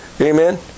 Amen